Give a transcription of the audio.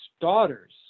daughters